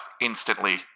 instantly